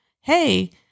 hey